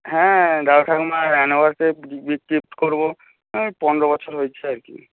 হ্যাঁ দাদু ঠাকুমার অ্যানিভার্সারি গিফট করব ওই পনেরো বছর হয়েছে আর কি